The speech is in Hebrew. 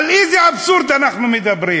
על איזה אבסורד אנחנו מדברים,